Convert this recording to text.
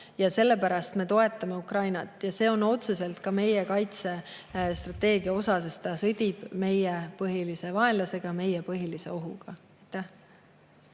ja sellepärast me toetame Ukrainat. See on otseselt ka meie kaitsestrateegia osa, sest Ukraina sõdib meie põhilise vaenlasega, meie põhilise